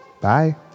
Bye